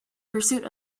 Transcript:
pursuit